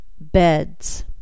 beds